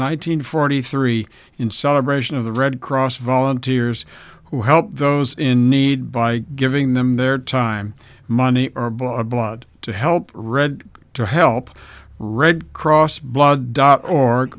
hundred forty three in celebration of the red cross volunteers who help those in need by giving them their time money or blood blood to help red to help red cross blood dot org